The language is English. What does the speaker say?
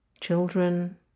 Children